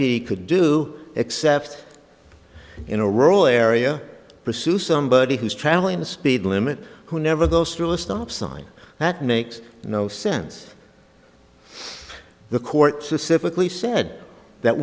ty could do except in a rural area or pursue somebody who's traveling the speed limit who never goes through a stop sign that makes no sense the court to civically said that